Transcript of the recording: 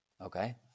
Okay